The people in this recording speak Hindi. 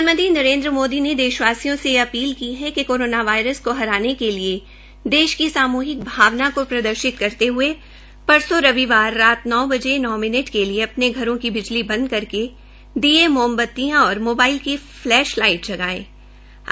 प्रधानमंत्री नरेन्द्र मोदी ने देशवासियों को कोरोना वायरस को हराने के लिए देश की सामूहिक भावना को प्रदर्शित करते हये परसो रविवार रात नौ बजे नौ मिनट के लिए अपने घरों की बिजली बंद करके दीए मोमबतियां जलाने और मोबाइल की फलैश लाईट जगाने का आग्रह किया है